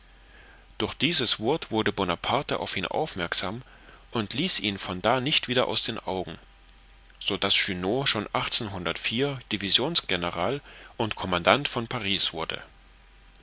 durch dieses wort wurde bonaparte auf ihn aufmerksam und ließ ihn von da nicht wieder aus den augen so daß junot schon divisionsgeneral und commandant von paris wurde